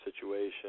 situation